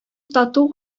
тату